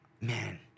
man